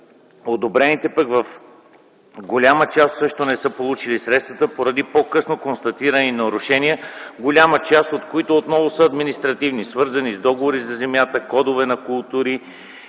одобрените също не са получили средствата поради по-късно констатирани нарушения, голяма част от които отново са административни, свързани с договори за земята, кодове на култури,